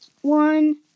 one